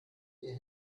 ihr